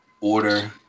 order